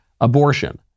Abortion